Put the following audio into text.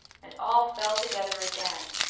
and all fell together again.